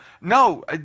no